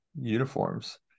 uniforms